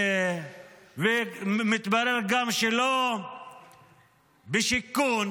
ומתברר שגם לא בשיכון,